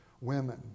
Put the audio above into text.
women